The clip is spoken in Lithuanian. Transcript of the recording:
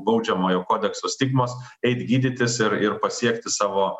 baudžiamojo kodekso stigmos eit gydytis ir ir pasiekti savo